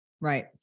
Right